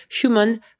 human